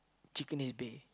chicken is bae